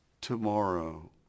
tomorrow